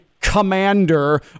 commander